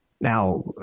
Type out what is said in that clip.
Now